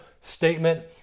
statement